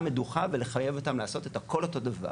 מדוכה ולחייב אותם לעשות את הכל אותו דבר,